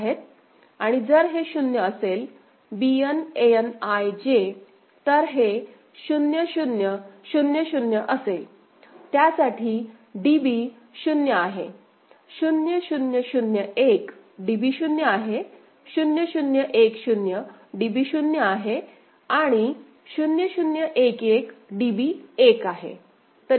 आणि जर हे 0 असेल Bn An I Jतर हे 0 0 0 0 असेल त्यासाठी DB 0 आहे 0 0 0 1 DB 0 आहे 0 0 1 0 DB 0 आहे आणि 0 0 1 1 DB 1 आहे